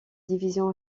divisions